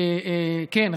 כן,